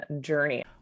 journey